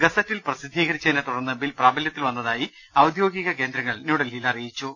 ഗസറ്റിൽ പ്രസിദ്ധീകരിച്ചതോടെ ബിൽ പ്രാബല്യത്തിൽ വന്നതായി ഔദ്യോഗിക കേന്ദ്രങ്ങൾ ന്യൂഡൽഹിയിൽ അറിയിച്ചു